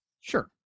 Sure